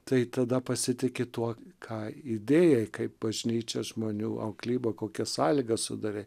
tai tada pasitiki tuo ką įdėjai kaip bažnyčia žmonių auklyba kokias sąlygas sudavė